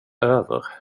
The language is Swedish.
över